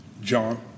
john